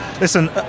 Listen